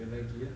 and then